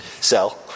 sell